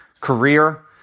career